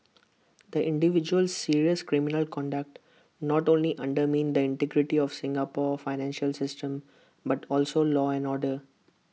the individual's serious criminal conduct not only undermined the integrity of Singapore's financial system but also law and order